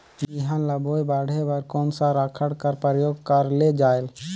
बिहान ल बोये बाढे बर कोन सा राखड कर प्रयोग करले जायेल?